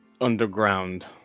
underground